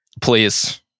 please